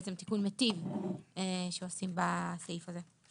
בעצם תיקון מיטיב שעושים בסעיף הזה.